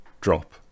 drop